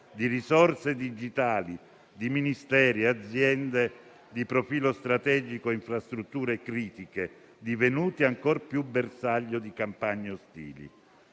di risorse digitali di Ministeri e aziende di profilo strategico e infrastrutture critiche, divenuti ancor più bersaglio di campagne ostili.